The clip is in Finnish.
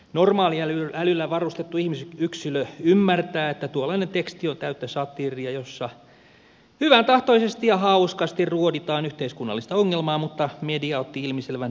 jokainen normaaliälyllä varustettu ihmisyksilö ymmärtää että tuollainen teksti on täyttä satiiria jossa hyväntahtoisesti ja hauskasti ruoditaan yhteiskunnallista ongelmaa mutta media otti ilmiselvän parodian täysin todesta